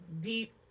deep